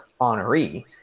honoree